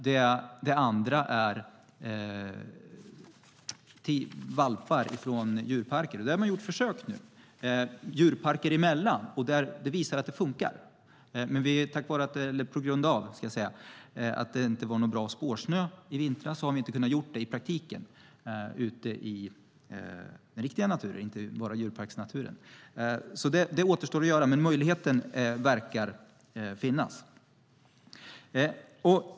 Det andra är valpar från djurparker. Man har gjort försök med detta djurparker emellan som visar att det funkar. Men på grund av att det inte fanns någon bra spårsnö i vintras har man inte kunnat göra detta i praktiken ute i den riktiga naturen och inte bara i djurparksnaturen. Det återstår alltså att göra, men möjligheten verkar finnas.